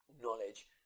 knowledge